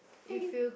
then I do